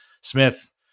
Smith